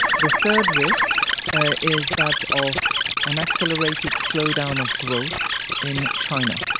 the third risk so ah is that of an accelerated slowdown of growth in china,